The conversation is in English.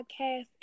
podcast